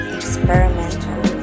experimental